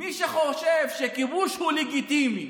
מי שחושב שכיבוש הוא לגיטימי